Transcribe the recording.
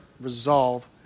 resolve